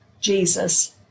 Jesus